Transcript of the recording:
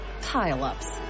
pile-ups